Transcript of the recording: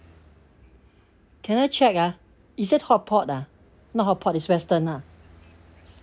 can I check ah is it hotpot lah not hotpot is western lah